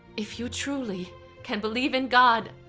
if you truly can believe in god,